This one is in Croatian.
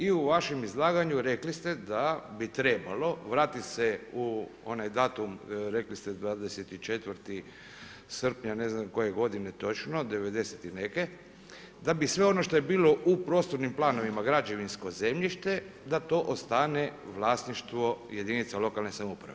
I u vašem izlaganju rekli ste da bi trebalo vratiti se u onaj datum, rekli ste 24. srpnja, ne znam koje godine točno, 90. i neke da bi sve ono što je bilo u prostornim planovima građevinsko zemljište da to ostane u vlasništvu jedinica lokalne samouprave.